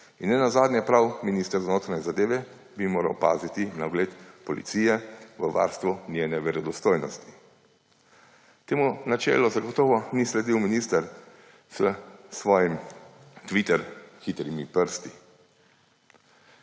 In nenazadnje prav minister za notranje zadeve bi moral paziti na ugled policije v varstvu njene verodostojnosti. Temu načelu zagotovo ni sledil minister s svojim tvitersko hitrimi prsti.